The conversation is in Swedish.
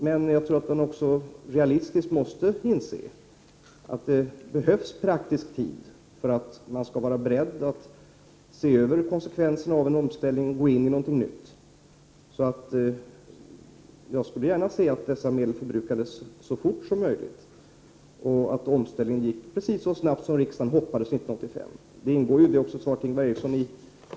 Men jag tror att man realistiskt måste inse att det behövs praktisk tid för att kunna se över konsekvenserna av omställningen och ha beredskap att gå in i något nytt. Jag skulle gärna se att dessa medel förbrukades så fort som möjligt och att omställningen gick precis så snabbt som riksdagen hoppades 1985.